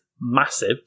massive